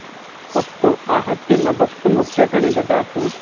अस्तु आहत्य नवशतं रूप्यकाणि ददातु